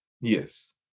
Yes